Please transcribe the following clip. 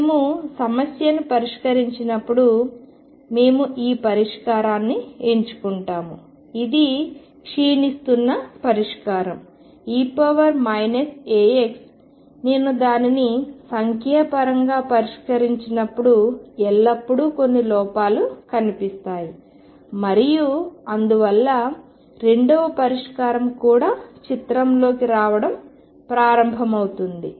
మేము సమస్యను పరిష్కరించినప్పుడు మేము ఈ పరిష్కారాన్ని ఎంచుకుంటాము ఇది క్షీణిస్తున్న పరిష్కారం e αx నేను దానిని సంఖ్యాపరంగా పరిష్కరించినప్పుడు ఎల్లప్పుడూ కొన్ని లోపాలు కనిపిస్తాయి మరియు అందువల్ల రెండవ పరిష్కారం కూడా చిత్రంలోకి రావడం ప్రారంభమవుతుంది